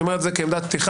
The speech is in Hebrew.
אני אומר את זה כעמדת פתיחה,